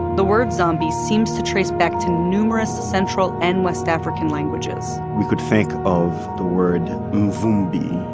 the word zombie seems to trace back to numerous central and west african languages we could think of the word mvumbi,